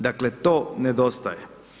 Dakle to nedostaje.